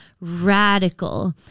radical